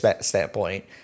standpoint